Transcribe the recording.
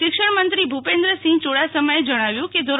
શીક્ષણમંત્રી ભુપેન્દ્રસિંહ ચુડાસમાએ જણાવ્યું કે ધો